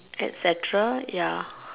etcetera ya